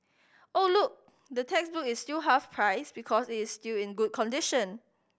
oh look the textbook is still half price because it is still in good condition